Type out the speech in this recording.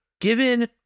given